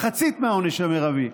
אלא מחצית מהעונש המרבי.